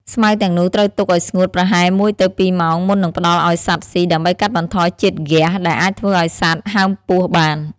ស្មៅទាំងនោះត្រូវទុកឲ្យស្ងួតប្រហែលមួយទៅពីរម៉ោងមុននឹងផ្តល់ឲ្យសត្វស៊ីដើម្បីកាត់បន្ថយជាតិហ្គាសដែលអាចធ្វើឲ្យសត្វហើមពោះបាន។